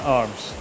arms